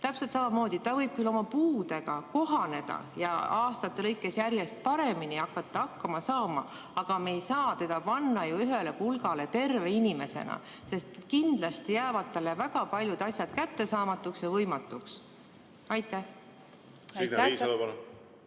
Täpselt samamoodi võib ta küll oma puudega kohaneda ja aastate jooksul järjest paremini hakkama saada, aga me ei saa teda panna ju ühele pulgale terve inimesega, sest kindlasti jäävad talle väga paljud asjad kättesaamatuks ja võimatuks. Ma